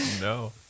No